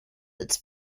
its